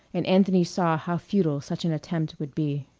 and anthony saw how futile such an attempt would be.